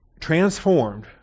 transformed